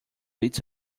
its